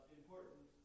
important